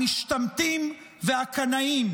המשתמטים והקנאים,